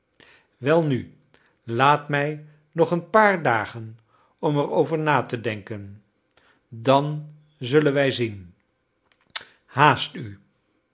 welnu laat mij nog een paar dagen om er over na te denken dan zullen wij zien haast u